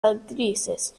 actrices